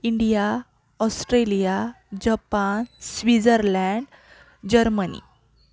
India Australia Japan Switzerland Germany